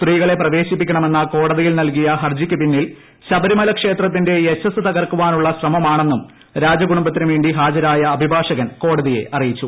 സ്ത്രീകളെ പ്രവേശിപ്പിക്കണമെന്ന കോടതിയിൽ നിൽകിയ ഹർജിക്കു പിന്നിൽ ശബരിമല ക്ഷേത്രത്തിന്റെ യശസ് ത്രകർക്കാനുള്ള ശ്രമമാണെന്നും രാജകൂടുംബത്തിനു വേണ്ടി ഹാജരായ അഭിഭാഷകൻ കോടതിയെ അറിയിച്ചു